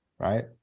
Right